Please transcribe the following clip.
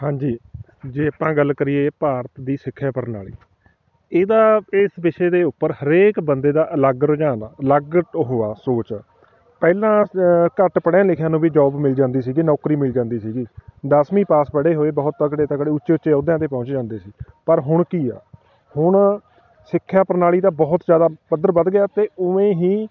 ਹਾਂਜੀ ਜੇ ਆਪਾਂ ਗੱਲ ਕਰੀਏ ਭਾਰਤ ਦੀ ਸਿੱਖਿਆ ਪ੍ਰਣਾਲੀ ਇਹਦਾ ਇਸ ਵਿਸ਼ੇ ਦੇ ਉੱਪਰ ਹਰੇਕ ਬੰਦੇ ਦਾ ਅਲੱਗ ਰੁਝਾਨ ਆ ਅਲੱਗ ਉਹ ਆ ਸੋਚ ਪਹਿਲਾਂ ਘੱਟ ਪੜ੍ਹਿਆਂ ਲਿਖਿਆ ਨੂੰ ਵੀ ਜੋਬ ਮਿਲ ਜਾਂਦੀ ਸੀਗੀ ਨੌਕਰੀ ਮਿਲ ਜਾਂਦੀ ਸੀਗੀ ਦਸਵੀਂ ਪਾਸ ਪੜ੍ਹੇ ਹੋਏ ਬਹੁਤ ਤਕੜੇ ਤਕੜੇ ਉੱਚੇ ਉੱਚੇ ਅਹੁਦਿਆਂ 'ਤੇ ਪਹੁੰਚ ਜਾਂਦੇ ਸੀ ਪਰ ਹੁਣ ਕੀ ਆ ਹੁਣ ਸਿੱਖਿਆ ਪ੍ਰਣਾਲੀ ਦਾ ਬਹੁਤ ਜ਼ਿਆਦਾ ਪੱਧਰ ਵੱਧ ਗਿਆ ਅਤੇ ਉਵੇਂ ਹੀ